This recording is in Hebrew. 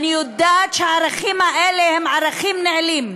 אני יודעת שהערכים האלה הם ערכים נעלים,